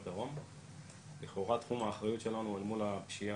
לא רק בשביל 'לנדקרויזר'